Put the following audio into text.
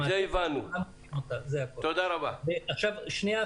אני מבקש להזכיר